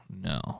no